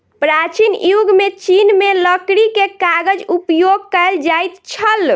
प्राचीन युग में चीन में लकड़ी के कागज उपयोग कएल जाइत छल